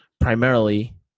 primarily